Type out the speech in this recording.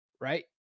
right